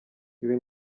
ibi